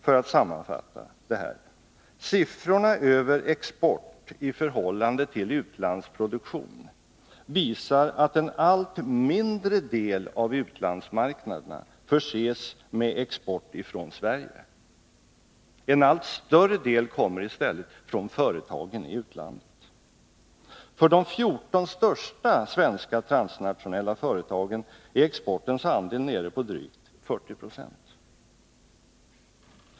För att sammanfatta detta: Siffrorna över export i förhållande till utlandsproduktion visar att en allt mindre del av utlandsmarknaderna förses med export från Sverige. En allt större del kommer i stället från företagen i utlandet. För de 14 största svenska transnationella företagen är exportens andel nere vid drygt 40 90.